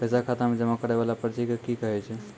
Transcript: पैसा खाता मे जमा करैय वाला पर्ची के की कहेय छै?